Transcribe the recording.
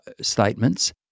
statements